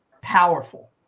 powerful